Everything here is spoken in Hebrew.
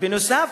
בנוסף,